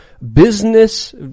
Business